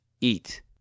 eat